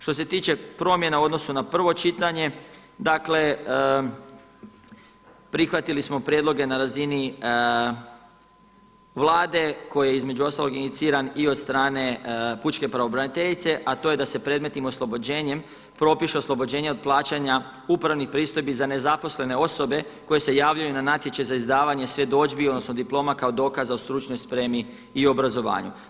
Što se tiče promjena u odnosu na prvo čitanje, dakle prihvatili smo prijedloge na razini Vlade koji je između ostalog iniciran i od strane pučke pravobraniteljice, a to je da se predmetnim oslobođenjem propiše oslobođenje od plaćanja upravnih pristojbi za nezaposlene osobe koje se javljaju na natječaj za izdavanje svjedodžbi, odnosno diploma kao dokaza o stručnoj spremi i obrazovanju.